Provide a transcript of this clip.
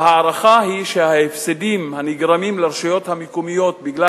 ההערכה היא שההפסדים הנגרמים לרשויות המקומיות בגלל